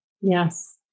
Yes